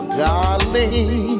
darling